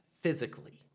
physically